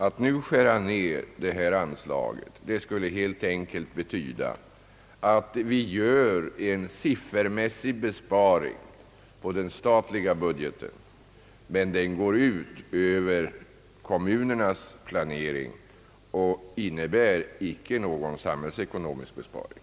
Att nu skära ned detta anslag skulle helt enkelt betyda att vi gör en siffermässig besparing på den statliga budgeten, men den går ut över kommunernas planering och innebär icke någon samhällsekonomisk besparing.